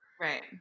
Right